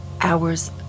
hours